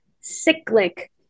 cyclic